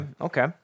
Okay